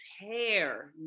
hair